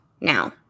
now